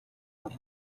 бүх